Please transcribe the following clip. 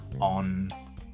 on